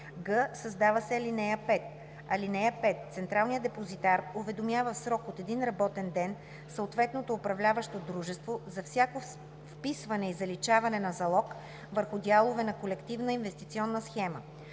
г) създава се ал. 5: (5) Централният депозитар уведомява в срок от един работен ден съответното управляващо дружество за всяко вписване и заличаване на залог върху дялове на колективна инвестиционна схема.